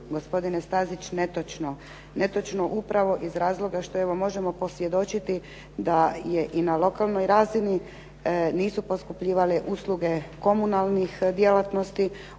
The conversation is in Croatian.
gospodine Stazić netočno. Netočno upravo iz razloga što evo možemo posvjedočiti da je i na lokalnoj razini nisu poskupljivale usluge komunalne djelatnosti,